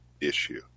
issue